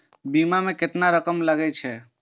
बीमा में केतना रकम लगे छै?